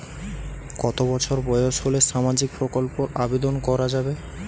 কত বছর বয়স হলে সামাজিক প্রকল্পর আবেদন করযাবে?